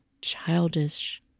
childish